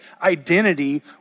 identity